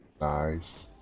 Nice